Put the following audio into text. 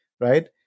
right